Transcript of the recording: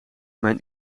mijn